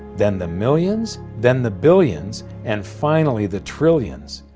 then the millions, then the billions, and finally the trillions.